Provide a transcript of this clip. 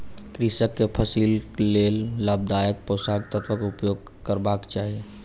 कृषक के फसिलक लेल लाभदायक पोषक तत्वक उपयोग करबाक चाही